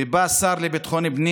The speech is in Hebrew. ובא השר לביטחון הפנים